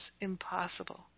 impossible